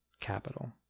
capital